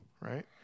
right